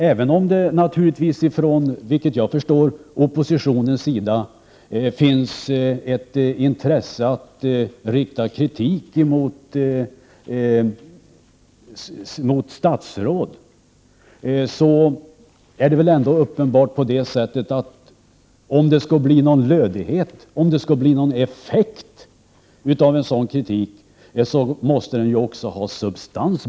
Även om det naturligtvis, som jag förstår, från oppositionens sida finns ett intresse av att rikta kritik mot statsråd, måste väl ändå en sådan kritik, om den skall ha någon lödighet och om den skall få någon effekt, också ha substans.